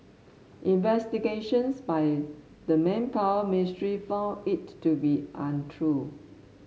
investigations by the Manpower Ministry found it to be untrue